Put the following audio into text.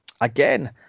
Again